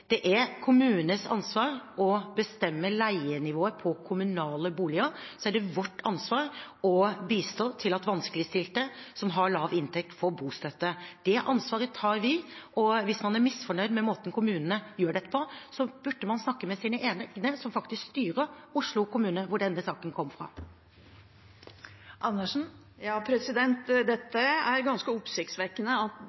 Det er kommunenes ansvar å bestemme leienivået på kommunale boliger. Så er det vårt ansvar å bistå, slik at vanskeligstilte som har lav inntekt, får bostøtte. Det ansvaret tar vi. Hvis man er misfornøyd med måten kommunene gjør dette på, burde man snakke med sine egne, som faktisk styrer Oslo kommune, hvor denne saken